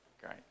Great